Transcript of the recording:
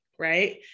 Right